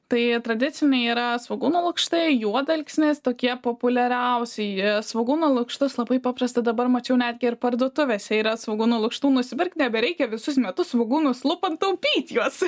tai tradiciniai yra svogūno lukštai juodalksnis tokie populiariausi jie svogūnų lukštus labai paprasta dabar mačiau netgi ir parduotuvėse yra svogūnų lukštų nusipirkti nebereikia visus metus svogūnus lupant taupyt juos